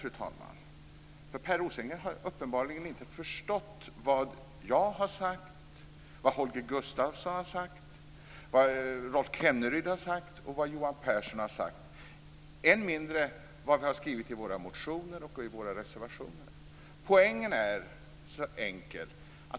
Per Rosengren har uppenbarligen inte förstått vad jag, Holger Gustafsson, Rolf Kenneryd och Johan Pehrson har sagt. Än mindre har han förstått vad vi har skrivit i våra motioner och i våra reservationer. Poängen är enkel.